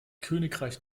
königreich